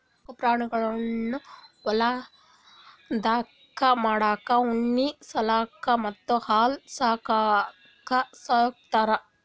ಸಾಕ್ ಪ್ರಾಣಿಗಳನ್ನ್ ವಕ್ಕಲತನ್ ಮಾಡಕ್ಕ್ ಉಣ್ಣಿ ಸಲ್ಯಾಕ್ ಮತ್ತ್ ಹಾಲ್ ಸಲ್ಯಾಕ್ ಸಾಕೋತಾರ್